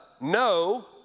no